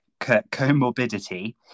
comorbidity